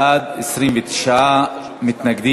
התרבות והספורט בעקבות דיון מהיר בהצעה